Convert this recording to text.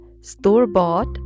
store-bought